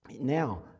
Now